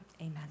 amen